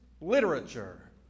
literature